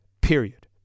period